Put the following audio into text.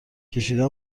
کشیدن